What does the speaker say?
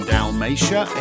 Dalmatia